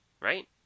Right